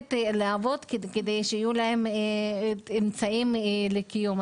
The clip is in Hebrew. וללכת לעבוד כדי שיהיו להם אמצעים לקיום.